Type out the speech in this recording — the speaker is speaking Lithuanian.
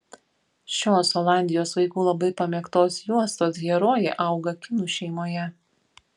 šios olandijos vaikų labai pamėgtos juostos herojė auga kinų šeimoje